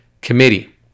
Committee